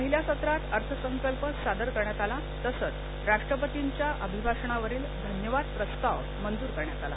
पहिल्या सत्रात अर्थसंकल्प सादर करण्यात आला तसंच राष्ट्रपतींच्या अभिभाषणावरील धन्यवाद प्रस्ताव मंजूर करण्यात आला